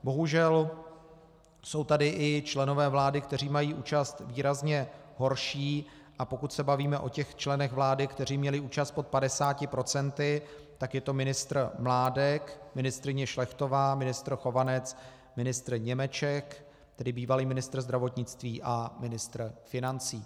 Bohužel jsou tady i členové vlády, kteří mají účast výrazně horší, a pokud se bavíme o těch členech vlády, kteří měli účast pod 50 %, tak je to ministr Mládek, ministryně Šlechtová, ministr Chovanec, ministr Němeček, tedy bývalý ministr zdravotnictví, a ministr financí.